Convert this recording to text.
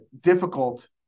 difficult